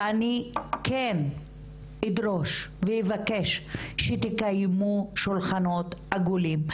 אני כן אדרוש ואבקש שתקיימו שולחנות עגולים,